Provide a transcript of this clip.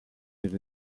per